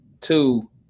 Two